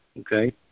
okay